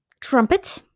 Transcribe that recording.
Trumpet